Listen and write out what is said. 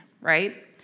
right